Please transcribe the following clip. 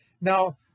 Now